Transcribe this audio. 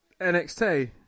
NXT